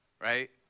right